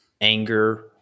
anger